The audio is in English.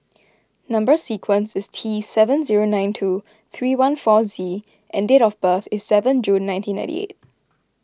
Number Sequence is T seven zero nine two three one four Z and date of birth is seven June nineteen ninety eight